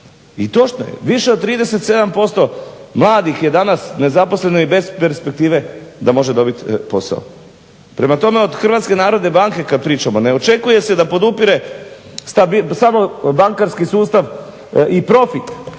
I točno je, više od 37% mladih je danas nezaposleno i bez perspektive da može dobiti posao. Prema tome, od Hrvatske narodne banke kad pričamo ne očekuje se da podupire samo bankarski sustav i profit…